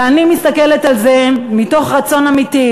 ואני מסתכלת על זה מתוך רצון אמיתי,